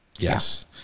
Yes